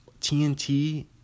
TNT